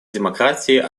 демократии